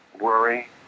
worry